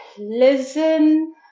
Listen